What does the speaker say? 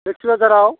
लोखि बाजाराव